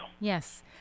Yes